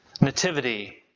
nativity